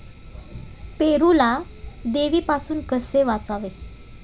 पेरूला देवीपासून कसे वाचवावे?